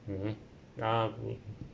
mmhmm ah